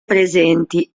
presenti